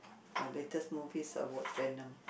my latest movie's about venom